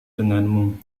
denganmu